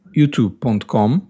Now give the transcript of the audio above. youtube.com